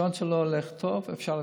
שעון שלא הולך טוב אפשר לתקן.